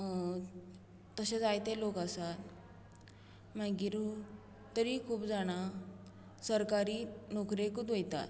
तशें जायते लोक आसात मागीर तरी खूब जाणां सरकारी नोकरेकूत वयतात